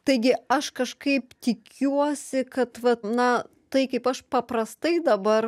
taigi aš kažkaip tikiuosi kad vat na tai kaip aš paprastai dabar